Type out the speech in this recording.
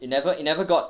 it never it never got